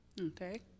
Okay